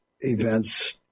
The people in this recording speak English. events